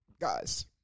guys